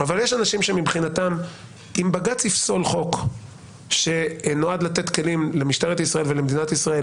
אם בג"צ יפסול חוק שנועד לתת כלים למשטרת ישראל ולמדינת ישראל